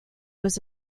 was